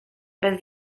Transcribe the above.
bez